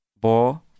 bo